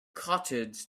cottage